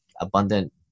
abundant